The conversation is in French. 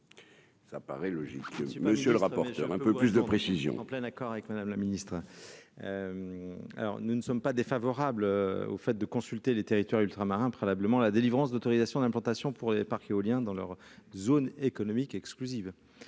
ça paraît logique, monsieur le rapporteur, un peu plus de précisions. D'accord avec Madame la Ministre, alors nous ne sommes pas défavorables au fait de consulter les territoires ultramarins préalablement la délivrance d'autorisation d'implantation pour les parcs éoliens dans leur zone économique exclusive,